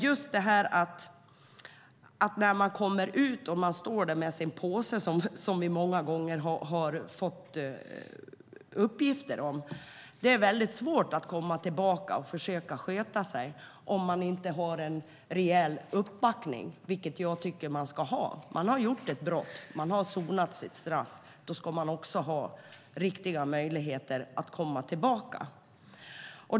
När man kommer ut och står där med sin påse är det svårt att sköta sig om man inte har en rejäl uppbackning, vilket jag tycker att man ska ha. Man har sonat sitt brott och avtjänat sitt straff, och då ska man ha riktiga möjligheter att komma tillbaka.